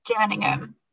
Jerningham